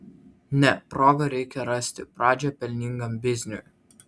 ne progą reikia rasti pradžią pelningam bizniui